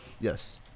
yes